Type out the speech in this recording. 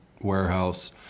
warehouse